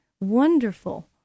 wonderful